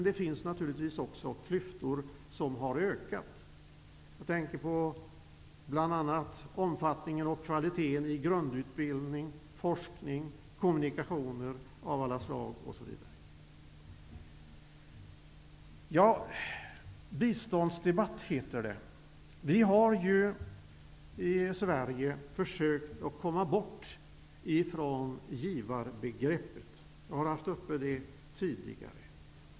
Det finns naturligtvis också klyftor som har ökat. Jag tänker bl.a. på omfattningen och kvaliteten i grundutbildning, forskning, kommunikationer av alla slag, osv. Denna debatt kallas för biståndsdebatt. Vi har i Sverige försökt att komma bort från givarbegreppet. Jag har tagit upp den frågan tidigare.